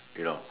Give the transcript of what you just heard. you know